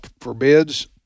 forbids